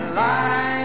light